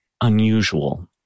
unusual